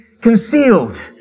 concealed